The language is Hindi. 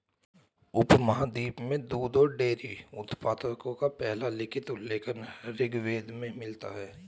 उपमहाद्वीप में दूध और डेयरी उत्पादों का पहला लिखित उल्लेख ऋग्वेद में मिलता है